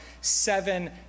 seven